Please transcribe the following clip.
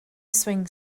swing